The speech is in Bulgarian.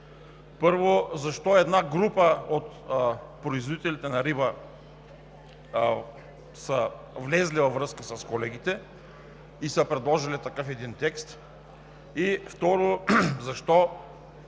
Първо, защо една група от производителите на риба са влезли във връзка с колегите и са предложили такъв текст и, второ, защо